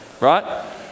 Right